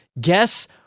Guess